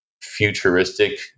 futuristic